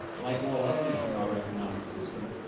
like all others in our economic system,